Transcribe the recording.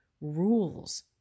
rules